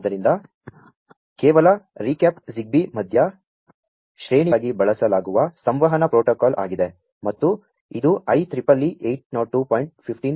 ಆದ್ದರಿಂ ದ ಕೇ ವಲ ರೀ ಕ್ಯಾ ಪ್ ZigBee ಮಧ್ಯ ಶ್ರೇ ಣಿಯ ಸಂ ವಹನಕ್ಕಾ ಗಿ ಬಳಸಲಾ ಗು ವ ಸಂ ವಹನ ಪ್ರೋ ಟೋ ಕಾ ಲ್ ಆಗಿದೆ ಮತ್ತು ಇದು IEEE 802